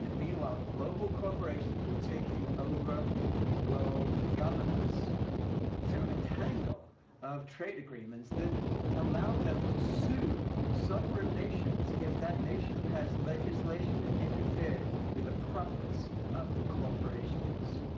and meanwhile, global corporations were taking over world governance through a tangle of trade agreements that allowed them to sue sovereign nations if that nation passed legislation that interfered with the profits of the corporations.